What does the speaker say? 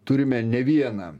turime ne vieną